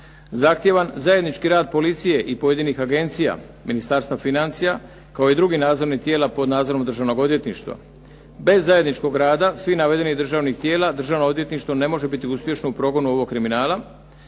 zahtjevan zajednički rad policije i pojedinih agencija, Ministarstva financija kao i drugih nadzornih tijela pod nadzorom državnog odvjetništva. Bez zajedničkog rada svih navedenih državnih tijela, Državno odvjetništvo ne može biti uspješno u progonu ovog kriminala.